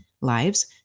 lives